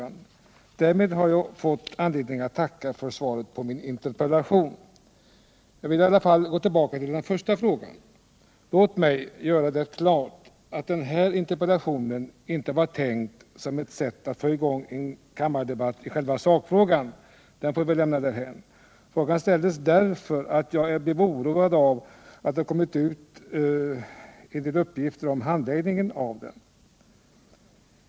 Därmed har jag fått anledning att tacka för svaret på min interpellation. Jag vill i alla fall gå tillbaka till den första frågan. Låt mig göra klart att den här interpellationen inte var tänkt som ett sätt att få i gång en kammardebatt i sakfrågan — den kan vi lämna därhän. Frågan ställdes därför att jag blev oroad av de uppgifter som kommit ut om handläggningen av den.